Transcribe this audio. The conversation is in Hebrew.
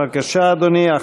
בבקשה, אדוני.